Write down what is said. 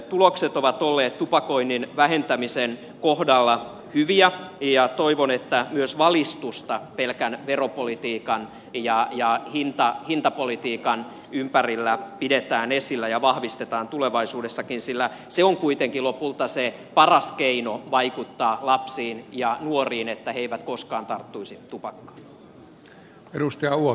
tulokset ovat olleet tupakoinnin vähentämisen kohdalla hyviä ja toivon että myös valistusta pelkän veropolitiikan ja hintapolitiikan ohella pidetään esillä ja vahvistetaan tulevaisuudessakin sillä se on kuitenkin lopulta se paras keino vaikuttaa lapsiin ja nuoriin niin että he eivät koskaan tarttuisi tupakkaan